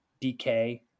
DK